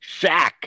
Shaq